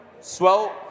swell